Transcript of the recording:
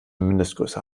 mindestgröße